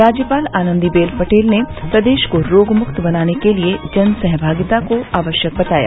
राज्यपाल आनन्दी बेन पटेल ने प्रदेश को रोगमुक्त बनाने के लिए जन सहभागिता को आवश्यक बताया